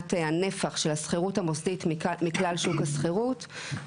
מבחינת הנפח של השכירות המוסדית מכלל שוק השכירות,